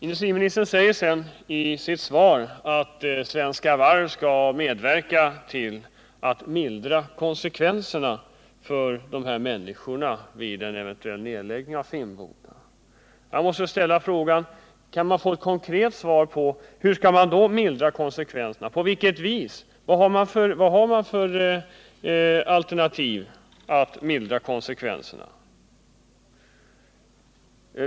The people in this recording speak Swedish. Industriministern säger i sitt svar att Svenska Varv skall medverka till att mildra konsekvenserna för de här människorna vid en eventuell nedläggning av Finnboda. Jag måste ställa frågan: Kan man få ett konkret svar på hur konsekvenserna skall mildras? Vad finns det för alternativ som mildrar konsekvenserna?